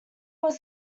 was